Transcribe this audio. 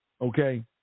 okay